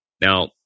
Now